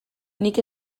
nik